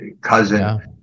cousin